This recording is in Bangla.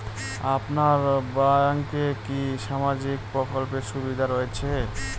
আপনার ব্যাংকে কি সামাজিক প্রকল্পের সুবিধা রয়েছে?